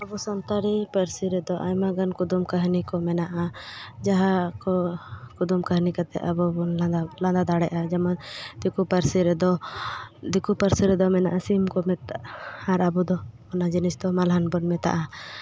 ᱟᱵᱚ ᱥᱟᱱᱛᱟᱲᱤ ᱯᱟᱹᱨᱥᱤ ᱨᱮᱫᱚ ᱟᱭᱢᱟᱜᱟᱱ ᱠᱩᱫᱩᱢ ᱠᱟᱹᱦᱱᱤ ᱠᱚ ᱢᱮᱱᱟᱜᱼᱟ ᱡᱟᱦᱟᱸ ᱠᱚ ᱠᱩᱫᱩᱢ ᱠᱟᱹᱦᱱᱤ ᱠᱟᱛᱮ ᱟᱵᱚ ᱵᱚᱱ ᱞᱟᱸᱫᱟ ᱞᱟᱸᱫᱟ ᱫᱟᱲᱮᱭᱟᱜᱼᱟ ᱡᱮᱢᱚᱱ ᱫᱤᱠᱩ ᱯᱟᱹᱨᱥᱤ ᱫᱤᱠᱩ ᱯᱟᱹᱨᱥᱤ ᱨᱮᱫᱚ ᱢᱮᱱᱟᱜᱼᱟ ᱥᱤᱢ ᱠᱚ ᱢᱮᱛᱟᱜᱼᱟ ᱟᱨ ᱟᱵᱚ ᱫᱚ ᱚᱱᱟ ᱡᱤᱱᱤᱥ ᱫᱚ ᱢᱟᱞᱦᱟᱱ ᱵᱚᱱ ᱢᱮᱛᱟᱜᱼᱟ